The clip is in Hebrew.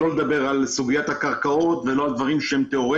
לא לדבר על סוגיית הקרקעות ולא על דברים תיאורטיים.